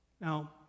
now